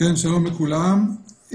שלום לכולם.